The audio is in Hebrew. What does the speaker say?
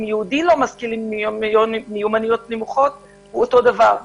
עם יהודי לא משכיל עם מיומנויות נמוכות אותו דבר.